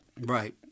Right